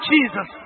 Jesus